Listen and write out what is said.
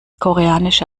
koreanische